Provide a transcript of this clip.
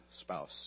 spouse